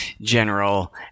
general